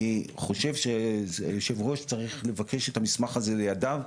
אני חושב שהיו"ר צריך לבקש את המסמך הזה לידיו,